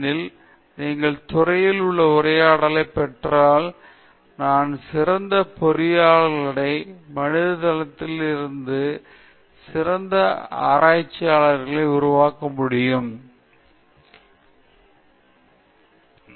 எனவே நீங்கள் இதை ஒருங்கிணைக்க முடியும் எனில் நீங்கள் துறைகளில் ஒரு உரையாடலைப் பெற்றால் நாம் சிறந்த பொறியியலாளர்களையும் மனித வளத்தில் சிறந்த ஆராய்ச்சிகளையும் உருவாக்க முடியும் என நினைக்கிறேன்